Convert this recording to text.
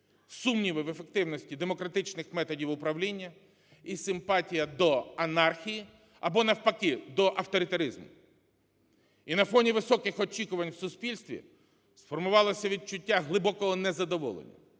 сумніви в ефективності демократичних методів управління, і симпатія до анархії або навпаки до авторитаризму. І на фоні високих очікувань у суспільстві сформувалося відчуття глибокого незадоволення